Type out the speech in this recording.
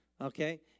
okay